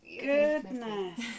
goodness